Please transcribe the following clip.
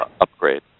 upgrade